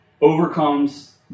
overcomes